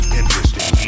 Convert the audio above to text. interesting